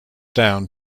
down